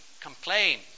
complain